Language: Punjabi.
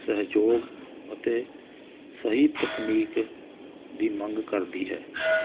ਸਹਿਯੋਗ ਅਤੇ ਸਹੀ ਤਕਨੀਕ ਦੀ ਮੰਗ ਕਰਦੀ ਹੈ